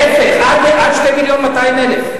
עד 2.2 מיליון.